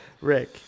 Rick